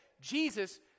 Jesus